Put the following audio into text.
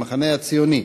המחנה הציוני.